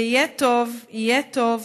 // ויהיה טוב / יהיה טוב,